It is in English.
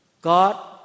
God